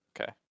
Okay